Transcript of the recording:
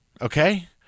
okay